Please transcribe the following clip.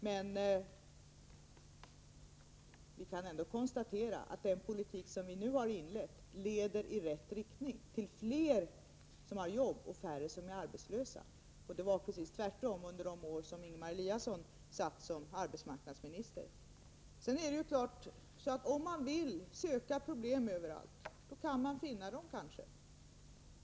Men vi kan konstatera att den politik vi nu har inlett leder i rätt riktning -— till att flera har jobb och till att färre är arbetslösa. Det var precis tvärtom under de år då Ingemar Eliasson satt som arbetsmarknadsminister. Om man vill söka problem överallt kan man kanske finna sådana.